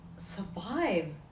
survive